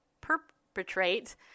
perpetrate